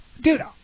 dude